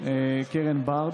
קרן בארד.